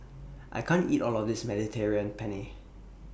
I can't eat All of This Mediterranean Penne